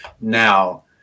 Now